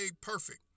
perfect